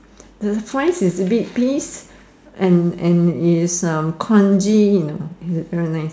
the fries is big piece and and is uh crunchy you know very nice